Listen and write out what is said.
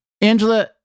Angela